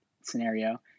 scenario